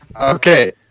Okay